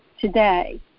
today